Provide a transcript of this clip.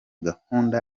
gahunda